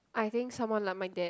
I think someone like my dad